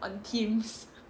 on teams